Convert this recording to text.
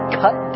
cut